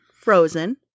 Frozen